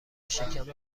شکم